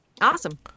awesome